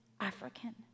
African